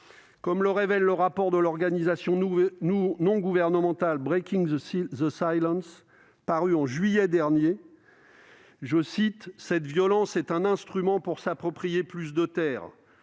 palestiniennes. Le rapport de l'organisation non gouvernementale Breaking the Silence paru en juillet dernier est très clair :« Cette violence est un instrument pour s'approprier plus de terres.